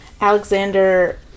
Alexander